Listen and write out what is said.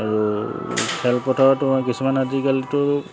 আৰু খেলপথাৰত কিছুমান আজিকালিতো